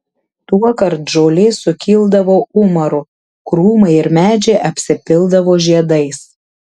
tuokart žolė sukildavo umaru krūmai ir medžiai apsipildavo žiedais